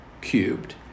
cubed